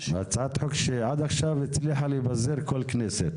אנחנו דנים בהצעת חוק שעד עכשיו הצליחה לפזר כל כנסת.